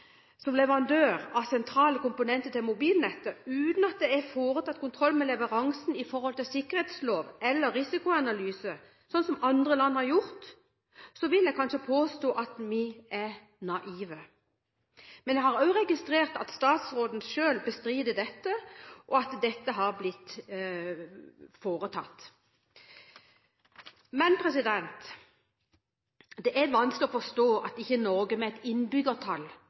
som leverandør av sentrale komponenter til mobilnettet uten at det er foretatt kontroll med leveransen med tanke på sikkerhetslov eller risikoanalyse, slik andre land har gjort, vil jeg kanskje påstå at vi er naive. Jeg har registrert at statsråden selv bestrider dette, og at det har blitt foretatt. Det er vanskelig å forstå at ikke Norge – med et innbyggertall